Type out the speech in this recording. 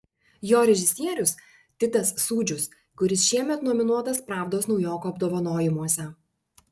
jo režisierius titas sūdžius kuris šiemet nominuotas pravdos naujokų apdovanojimuose